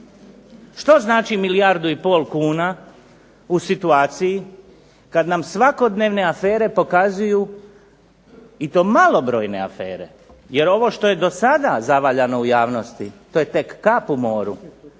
što znači milijardu i pol kuna u situaciji kad nam svakodnevne afere pokazuju i to malobrojne afere, jer ovo što je do sada zavaljano u javnosti to je tek kap u moru